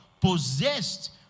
possessed